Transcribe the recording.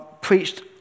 preached